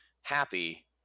happy